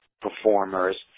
performers